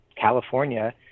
california